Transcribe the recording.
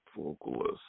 vocalist